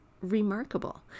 remarkable